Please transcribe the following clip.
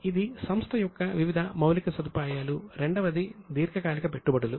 కాబట్టి మొదటిది స్థిర ఆస్తులు